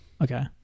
Okay